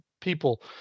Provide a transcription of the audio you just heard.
people